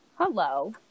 hello